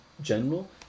general